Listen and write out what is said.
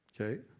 Okay